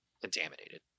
contaminated